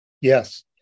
yes